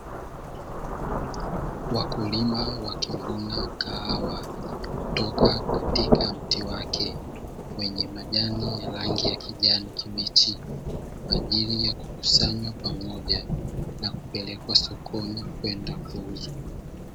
Wakulima wakivuna kahawa kutoka katika mti wake wenye majani ya rangi ya kijani kibichi kwa ajili ya kukusanywa pamoja, na kupelekwa sokoni kwenda kuuzwa.